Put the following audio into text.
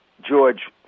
George